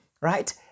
Right